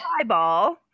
eyeball